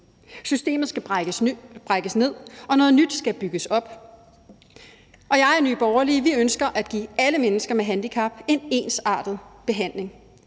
Systemet skal brækkes ned, og noget nyt skal bygges op, og jeg og Nye Borgerlige ønsker at give alle mennesker med handicap en ensartet behandling.